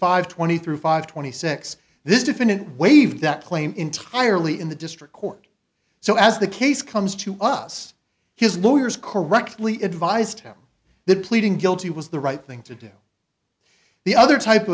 five twenty through five twenty six this defendant waived that claim entirely in the district court so as the case comes to us his lawyers correctly advised him that pleading guilty was the right thing to do the other type